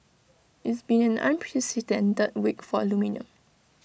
it's been an unprecedented that week for aluminium